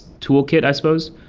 toolkit i supposed.